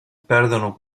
perdono